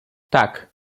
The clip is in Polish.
tak